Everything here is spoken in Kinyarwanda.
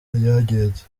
ryagenze